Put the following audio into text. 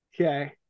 Okay